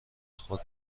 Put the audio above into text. خود